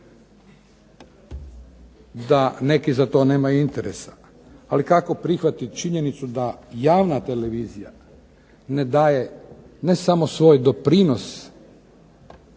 da neki za to nemaju interesa, ali kako prihvatiti činjenicu da javna televizija ne daje ne samo svoj doprinos